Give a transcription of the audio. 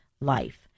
life